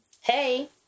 Hey